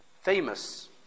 Famous